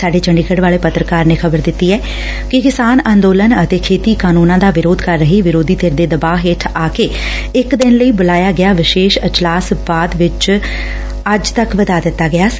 ਸਾਡੇ ਚੰਡੀਗੜ ਵਾਲੇ ਪੱਤਰਕਾਰ ਨੇ ਖ਼ਬਰ ਦਿੱਤੀ ਕਿ ਕਿਸਾਨ ਅੰਦੋਲਨ ਅਤੇ ਖੇਤੀ ਕਾਨੁੰਨਾਂ ਦਾ ਵਿਰੋਧ ਕਰ ਰਹੀ ਵਿਰੋਧੀ ਧਿਰ ਦੇ ਦਬਾਅ ਹੇਠ ਆ ਕੇ ਇਕ ਦਿਨ ਲਈ ਬੁਲਾਇਆ ਗਿਆ ਵਿਸ਼ੇਸ਼ ਇਜਲਾਸ ਬਾਅਦ ਵਿਚ ਅੱਜ ਤੱਕ ਵਧਾ ਦਿੱਤਾ ਗਿਆ ਸੀ